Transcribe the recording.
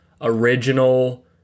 original